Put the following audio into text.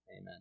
Amen